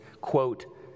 quote